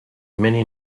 many